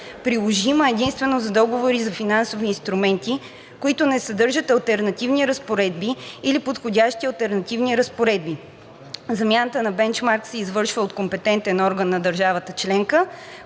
приложима единствено за договори за финансови инструменти, които не съдържат алтернативни разпоредби или подходящи алтернативни разпоредби. Замяната на бенчмарк се извършва от компетентен орган на държавата членка,